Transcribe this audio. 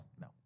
No